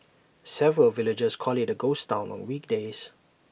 several villagers call IT A ghost Town on weekdays